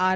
R